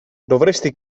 dovresti